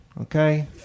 okay